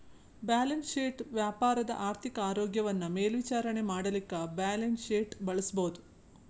balance sheet ವ್ಯಾಪಾರದ ಆರ್ಥಿಕ ಆರೋಗ್ಯವನ್ನ ಮೇಲ್ವಿಚಾರಣೆ ಮಾಡಲಿಕ್ಕೆ ಬ್ಯಾಲನ್ಸ್ಶೇಟ್ ಬಳಸಬಹುದು